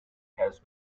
has